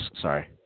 sorry